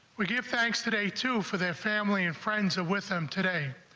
we give thanks today to for their family and friends of with them today